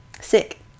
Sick